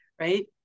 Right